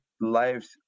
lives